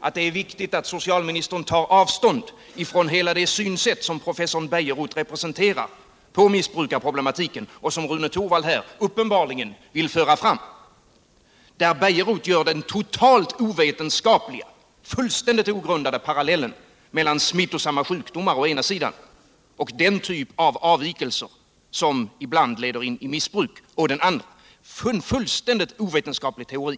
att det är viktigt att socialministern tar avstånd från hela det synsätt på missbrukarproblematiken som professor Bejerot representerar och som Rune Torwald här uppenbarligen vill föra fram. Bejerot drar den totalt ovetenskapliga och fullständigt ogrundade parallellen mellan smittosamma sjukdomar och den typ av avvikelse som ibland leder till missbruk. Det är en helt ovetenskaplig teori.